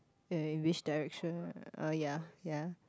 you are in which direction uh ya ya